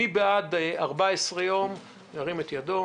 מי בעד 14 יום, ירים את ידו.